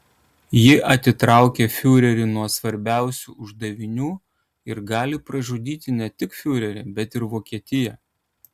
ji atitraukė fiurerį nuo svarbiausių uždavinių ir gali pražudyti ne tik fiurerį bet ir vokietiją